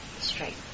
straight